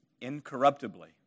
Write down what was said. incorruptibly